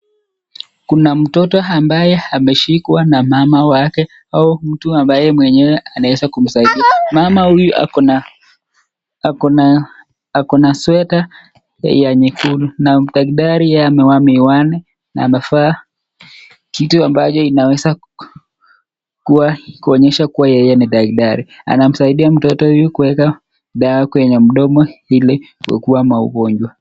Kuna mtoto ambaye ameshekwa na mama wake, au mtu ambaye mwenye anaweza kumsaidia .Mama huyu ako na [sweater] ya nyekundu na daktari amevaa miwani na amevaa kitu ambacho inaweza kuonyesha kuwa yeye ni daktari. Anamsaidia mtoto huyu kuweka dawa kwenye mdomo ili kuugua maugonjwa.